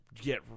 get